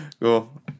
Cool